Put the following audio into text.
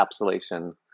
encapsulation